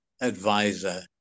advisor